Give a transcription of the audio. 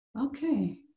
Okay